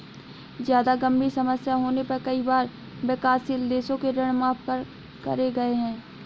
जादा गंभीर समस्या होने पर कई बार विकासशील देशों के ऋण माफ करे गए हैं